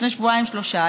לפני שבועיים-שלושה,